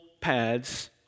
pads